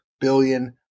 billion